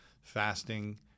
fasting